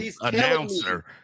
announcer